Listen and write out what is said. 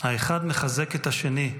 האחד מחזק את השני,